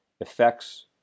effects